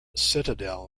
citadel